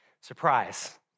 Surprise